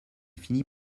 finit